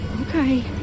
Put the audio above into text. Okay